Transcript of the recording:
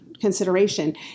consideration